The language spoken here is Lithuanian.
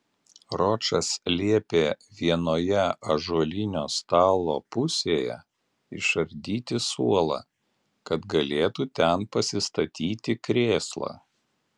ročas liepė vienoje ąžuolinio stalo pusėje išardyti suolą kad galėtų ten pasistatyti krėslą